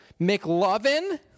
McLovin